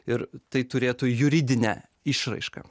ir tai turėtų juridinę išraišką